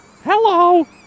Hello